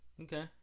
Okay